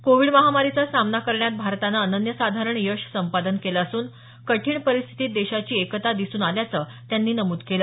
Covid महामारीचा सामना करण्यात भारतानं अनन्यसाधारण यश संपादन केलं असून कठीण परिस्थितीत देशाची एकता दिसून आल्याचं त्यांनी नमूद केलं